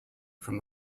from